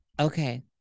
Okay